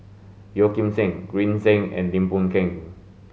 Yeo Kim Seng Green Zeng and Lim Boon Keng